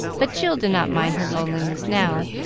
but jill did not mind her loneliness now,